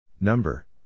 Number